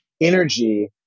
energy